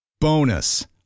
Bonus